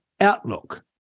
outlook